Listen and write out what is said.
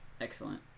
Excellent